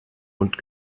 und